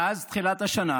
מאז תחילת השנה